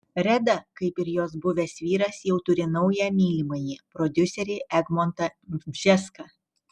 reda kaip ir jos buvęs vyras jau turi naują mylimąjį prodiuserį egmontą bžeską